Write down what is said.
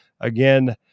again